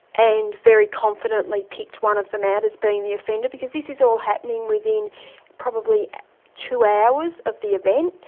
and very confidently picked one of them out as being the offender because this is all happening within probably two hours of the event.